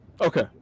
Okay